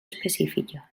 específica